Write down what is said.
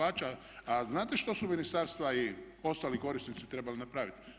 A znate što su ministarstva i ostali korisnici trebali napraviti?